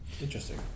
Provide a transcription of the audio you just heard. Interesting